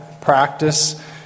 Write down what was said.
practice